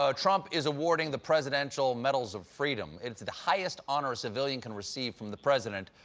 ah trump is awarding the presidential medals of freedom. it's the highest honor a civilian can receive from the president.